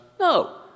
No